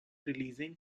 releasing